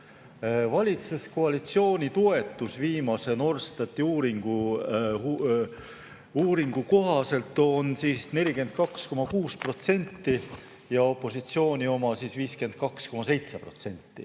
Valitsuskoalitsiooni toetus on viimase Norstati uuringu kohaselt 42,6% ja opositsiooni oma 52,7%.